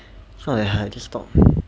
it's not that hard just talk